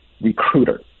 recruiter